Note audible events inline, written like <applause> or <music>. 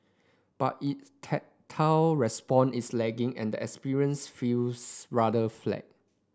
but its <unintelligible> tactile response is lacking and the experience feels rather flat